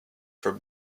for